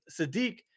Sadiq